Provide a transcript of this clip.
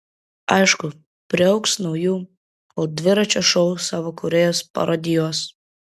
aišku priaugs naujų kol dviračio šou savo kūrėjus parodijuos